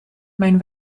mijn